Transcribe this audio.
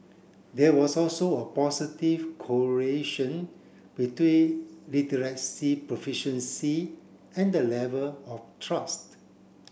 there was also a positive correlation between literacy proficiency and the level of trust